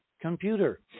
computer